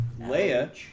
Leia